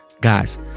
Guys